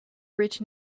rich